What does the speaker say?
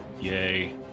yay